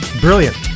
brilliant